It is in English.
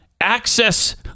access